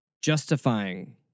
justifying